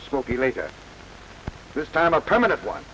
a smokey lake this time a permanent one